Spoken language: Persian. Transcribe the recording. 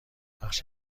بخش